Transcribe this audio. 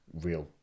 real